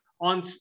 on